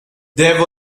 there